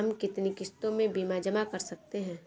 हम कितनी किश्तों में बीमा जमा कर सकते हैं?